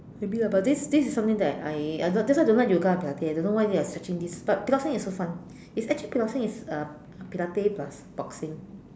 maybe lah but this this is something that I I don't like that's why I don't like yoga and Pilates I don't know why they are searching this but Piloxing is so fun it's actually Piloxing is uh Pilates plus boxing